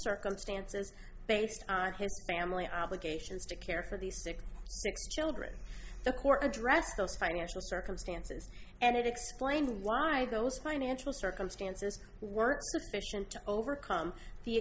circumstances based on his family obligations to care for these sick children the court addressed those financial circumstances and explain why those financial circumstances weren't sufficient to overcome the